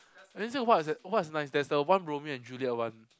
what's that what's nice there's a one Romeo and Juliet one